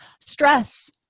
Stress